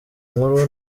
nkuru